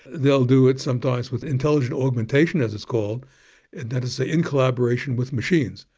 they'll do it sometimes with intelligent augmentation, as it's called, and that is ah in collaboration with machines.